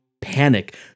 panic